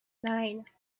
nine